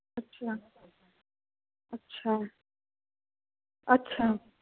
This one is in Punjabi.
ਅੱਛਾ ਅੱਛਾ ਅੱਛਾ